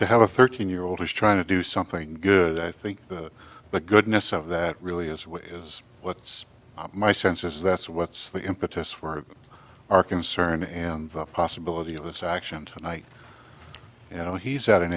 to have a thirteen year old who's trying to do something good i think that the goodness of that really is what is what's my sense is that's what's the impetus for our concern and the possibility of this action tonight you know he's at an